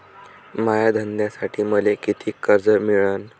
माया धंद्यासाठी मले कितीक कर्ज मिळनं?